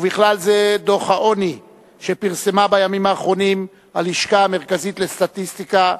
ובכלל זה דוח העוני שפרסמה בימים האחרונים הלשכה המרכזית לסטטיסטיקה,